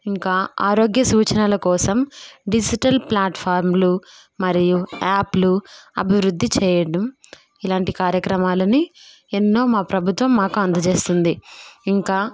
ఇంకా ఆరోగ్య సూచనల కోసం డిజిటల్ ప్లాట్ఫార్మ్లు మరియు యాపులు అభివృద్ధి చేయడం ఇలాంటి కార్యక్రమాలను ఎన్నో మా ప్రభుత్వం మాకు అందజేస్తుంది ఇంకా